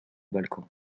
balcon